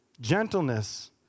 Gentleness